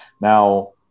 Now